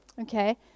okay